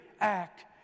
act